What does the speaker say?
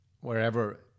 wherever